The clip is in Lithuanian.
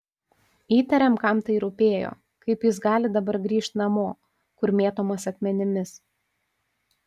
įtariam kam tai rūpėjo kaip jis gali dabar grįžt namo kur mėtomas akmenimis